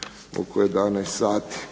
oko 11 sati.